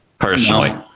personally